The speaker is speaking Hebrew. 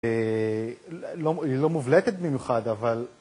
היא לא מובלטת במיוחד, אבל...